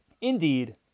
Indeed